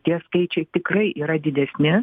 tie skaičiai tikrai yra didesni